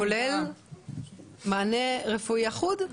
כולל מענה רפואי אחוד?